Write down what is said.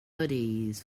hoodies